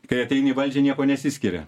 kai ateini į valdžią niekuo nesiskiria